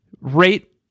Rate